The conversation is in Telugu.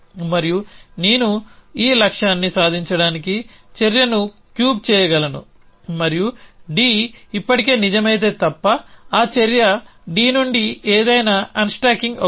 మరియు నేను ఈ లక్ష్యాన్ని సాధించడానికి చర్యను క్యూబ్ చేయగలను మరియు D ఇప్పటికే నిజమైతే తప్ప ఆ చర్య D నుండి ఏదైనా అన్స్టాకింగ్ అవుతుంది